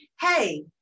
hey